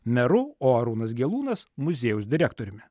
meru o arūnas gelūnas muziejaus direktoriumi